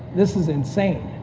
this is insane.